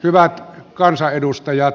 hyvät kansanedustajat